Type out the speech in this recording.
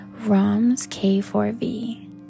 romsk4v